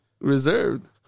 reserved